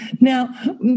now